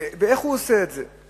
איך הוא עושה את זה?